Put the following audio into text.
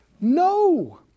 no